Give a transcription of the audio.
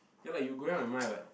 ya lah you going out with Mai [what]